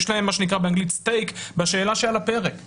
יש להם מה שנקרא באנגלית "stake" בשאלה שעל הפרק.